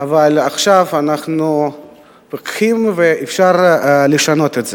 אבל עכשיו אנחנו פיקחים ואפשר לשנות את זה.